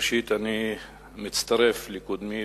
ראשית, אני מצטרף לקודמי,